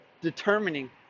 determining